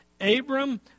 Abram